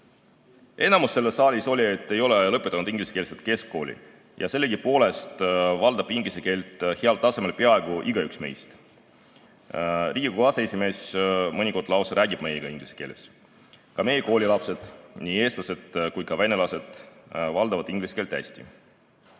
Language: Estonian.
Enamus selles saalis olijaid ei ole lõpetanud ingliskeelset keskkooli ja sellegipoolest valdab inglise keelt heal tasemel peaaegu igaüks meist. Riigikogu aseesimees mõnikord lausa räägib meiega inglise keeles. Ka meie koolilapsed, nii eestlased kui ka venelased, valdavad inglise keelt hästi.